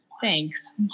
thanks